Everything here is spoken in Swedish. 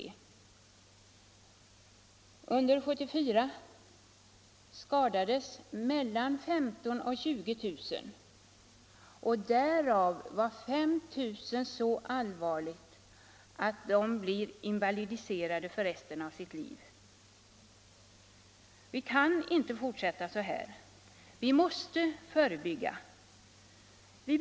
Under 1974 skadades mellan 15 000 och 20 000 människor, 5 000 av dem så allvarligt att de blir invalidiserade för resten av sitt liv. Vi kan inte fortsätta så här. Vi måste förebygga olyckorna.